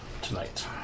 tonight